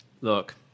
Look